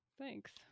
thanks